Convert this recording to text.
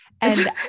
And-